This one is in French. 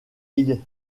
ils